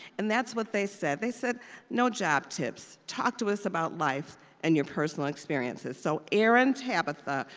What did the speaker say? and that's what they said, they said no job tips, talk to us about life and your personal experiences. so erin, tabitha,